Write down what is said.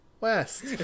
West